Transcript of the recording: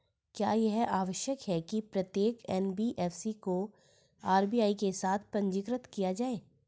क्या यह आवश्यक है कि प्रत्येक एन.बी.एफ.सी को आर.बी.आई के साथ पंजीकृत किया जाए?